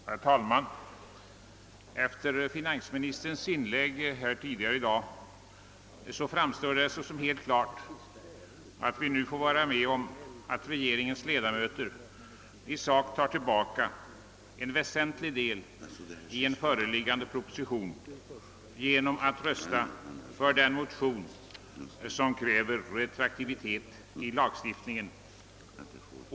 Herr talman! Efter finansministerns inlägg tidigare i dag framstår det som helt klart att vi nu får vara med om att regeringens ledamöter i sak tar tillbaka en väsentlig del av en föreliggande proposition genom att rösta för den motion som kräver att lagen tillämpas ret roaktivt.